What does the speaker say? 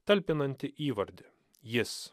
talpinantį įvardį jis